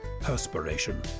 Perspiration